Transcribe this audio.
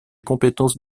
compétences